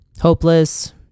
Hopeless